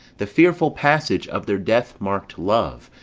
the fearful passage of their death-mark'd love,